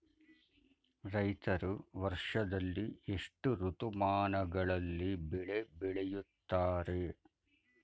ರೈತರು ವರ್ಷದಲ್ಲಿ ಎಷ್ಟು ಋತುಮಾನಗಳಲ್ಲಿ ಬೆಳೆ ಬೆಳೆಯುತ್ತಾರೆ?